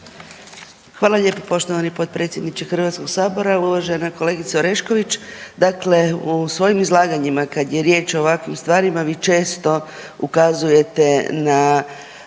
Hvala lijepo poštovani potpredsjedniče HS-a. Uvažena kolegice Orešković. Dakle, u svojim izlaganjima kada je riječ o ovakvim stvarima vi često ukazujete na